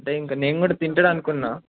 అంటే ఇంక నేను కూడా తింటాడు అనుకున్న